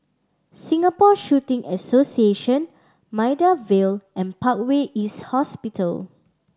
Singapore Shooting Association Maida Vale and Parkway East Hospital